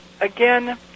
again